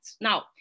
Now